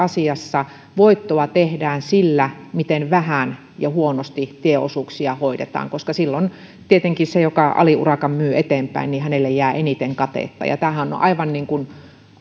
asiassa voittoa tehdään sillä miten vähän ja huonosti tieosuuksia hoidetaan koska silloin tietenkin sille joka aliurakan myy eteenpäin jää eniten katetta tämähän on